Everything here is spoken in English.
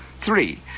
Three